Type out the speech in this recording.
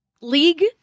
league